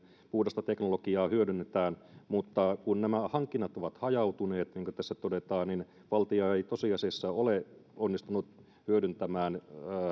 puhdasta teknologiaa hyödynnetään mutta kun nämä hankinnat ovat hajautuneet niin kuin tässä todetaan niin valtio ei tosiasiassa ole onnistunut hyödyntämään